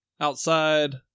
outside